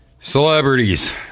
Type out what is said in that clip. Celebrities